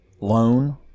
loan